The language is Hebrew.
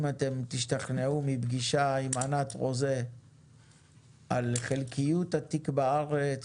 אם אתם תשתכנעו מפגישה עם ענת רוזה על חלקיות התיק בארץ